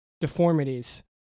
deformities